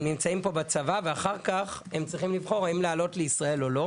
הם נמצאים פה בצבא ואחר כך הם צריכים לבחור האם לעלות לישראל או לא.